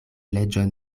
leĝon